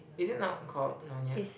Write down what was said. is it not called Nyonya